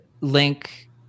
link